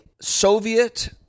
Soviet